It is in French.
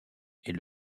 est